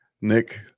Nick